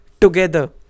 together